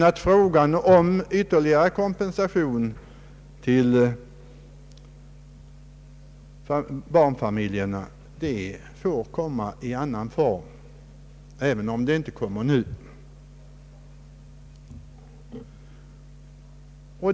Men ytterligare kompensation till barnfamiljerna får komma i annan form, även om den inte kommer nu.